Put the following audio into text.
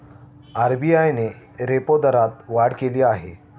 RBI ने repo दरात वाढ केली आहे